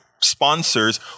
sponsors